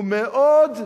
הוא מאוד,